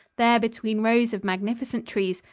there between rows of magnificent trees,